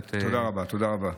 תודה רבה, תודה רבה.